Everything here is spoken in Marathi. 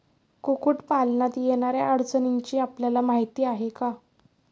कुक्कुटपालनात येणाऱ्या अडचणींची आपल्याला माहिती आहे का?